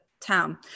town